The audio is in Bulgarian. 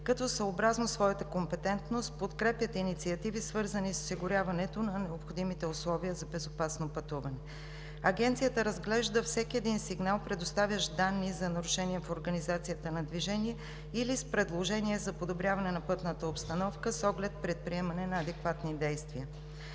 като съобразно своята компетентност подкрепят инициативи, свързани с осигуряването на необходимите условия за безопасно пътуване. Агенцията разглежда всеки един сигнал, предоставящ данни, за нарушения в организацията на движение или с предложение за подобряване на пътната обстановка с оглед предприемане на адекватни действия.